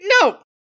no